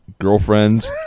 Girlfriend